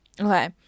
Okay